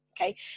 Okay